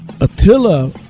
Attila